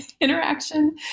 interaction